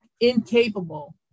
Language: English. incapable